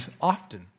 often